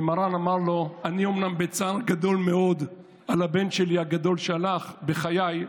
ומרן אמר לו: אני אומנם בצער גדול מאוד על הבן הגדול שלי שהלך בחיי,